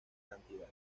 cantidad